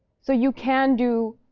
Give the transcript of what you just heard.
so you can do